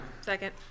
Second